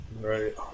Right